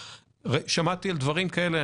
שמעתי על דברים כאלה.